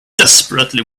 desperately